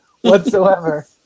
whatsoever